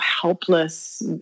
helpless